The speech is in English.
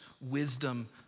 wisdom